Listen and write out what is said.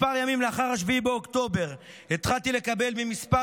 כמה ימים לאחר 7 באוקטובר התחלתי לקבל ממספר